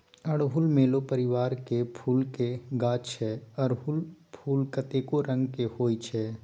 अड़हुल मेलो परिबारक फुलक गाछ छै अरहुल फुल कतेको रंगक होइ छै